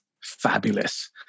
fabulous